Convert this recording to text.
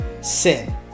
sin